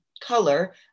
color